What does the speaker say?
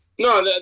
No